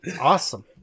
Awesome